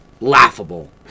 Laughable